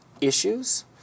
issues